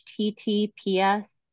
HTTPS